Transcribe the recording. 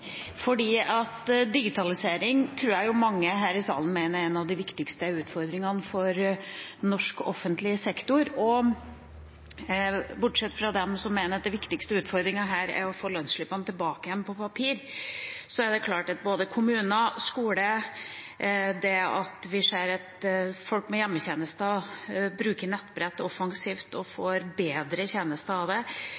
Digitalisering tror jeg mange her i salen mener er en av de viktigste utfordringene for norsk offentlig sektor – bortsett fra dem som mener at den viktigste utfordringen her er å få lønnsslippene på papir tilbake igjen – for både kommuner og skoler. Det at vi ser at folk med hjemmetjenester bruker nettbrett offensivt og